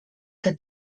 que